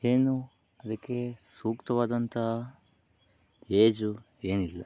ಏನು ಅದಕ್ಕೆ ಸೂಕ್ತವಾದಂಥ ಏಜು ಏನಿಲ್ಲ